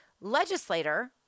legislator